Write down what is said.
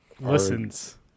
listens